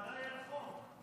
על החוק.